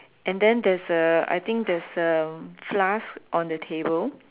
and then there's a I think there's a flask on the table